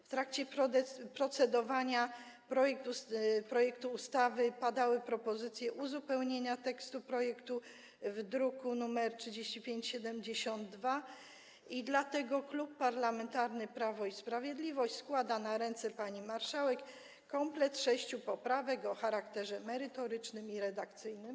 W trakcie procedowania nad projektem ustawy padały propozycje uzupełnienia tekstu projektu z druku nr 3572 i dlatego Klub Parlamentarny Prawo i Sprawiedliwość składa na ręce pani marszałek komplet sześciu poprawek o charakterze merytorycznym i redakcyjnym.